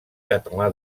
català